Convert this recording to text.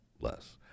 less